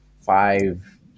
Five